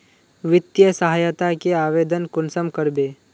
वित्तीय सहायता के आवेदन कुंसम करबे?